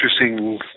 interesting